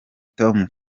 tom